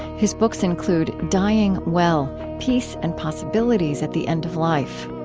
his books include dying well peace and possibilities at the end of life.